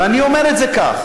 ואני אומר את זה כך,